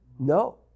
no